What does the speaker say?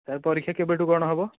sir ପରୀକ୍ଷା କେବେଠୁ କ'ଣ ହେବ